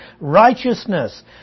Righteousness